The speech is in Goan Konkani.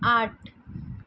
आठ